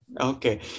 Okay